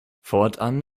fortan